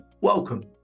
Welcome